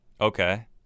Okay